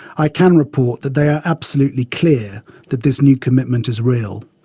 i can report that they are absolutely clear that this new commitment is real.